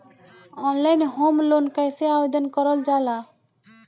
Online home loan कैसे आवेदन करल जा ला?